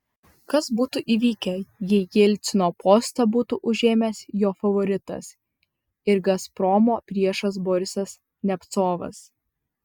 kas būtų įvykę jei jelcino postą būtų užėmęs jo favoritas ir gazpromo priešas borisas nemcovas